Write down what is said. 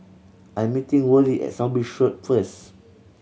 I'm meeting Worley at South Bridge Should first